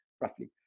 roughly